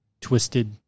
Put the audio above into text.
twisted